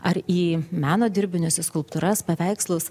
ar į meno dirbinius į skulptūras paveikslus